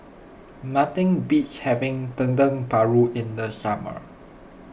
nothing beats having Dendeng Paru in the summer